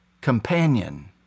companion